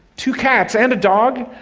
two cats and a dog?